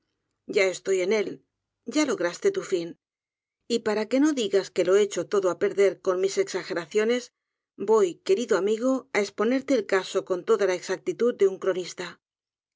ya estoy eh él ya lograste tu fin y para que no digas que lo echó todo á perder con m i s exageraciones voy querido amigo á espon'érte el caso cori todo la exactitud dé un cronista